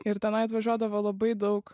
ir tenai atvažiuodavo labai daug